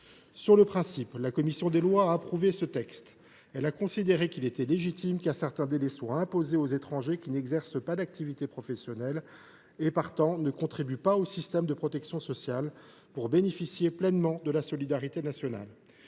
Sur le principe, la commission des lois a approuvé ce texte. Elle a considéré qu’il était légitime qu’un certain délai soit imposé aux étrangers qui n’exercent pas d’activité professionnelle, et, partant, ne contribuent pas au système de protection sociale, pour pouvoir bénéficier pleinement de la solidarité nationale.